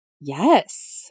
Yes